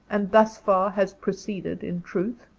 and thus far, has proceeded in truth?